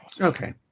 Okay